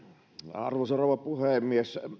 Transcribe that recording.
arvoisa rouva puhemies